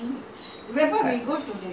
even in india I also never go